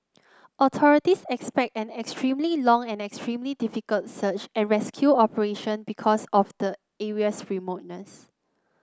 authorities expect an extremely long and extremely difficult search and rescue operation because of the area's remoteness